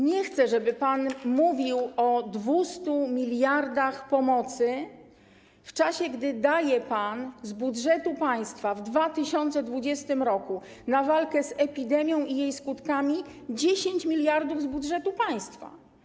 Nie chcę, żeby pan mówił o 200 mld pomocy w czasie, gdy daje pan z budżetu państwa w 2020 r. na walkę z epidemią i jej skutkami 10 mld z budżetu państwa.